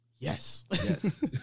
yes